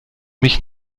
mich